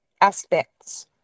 aspects